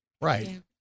Right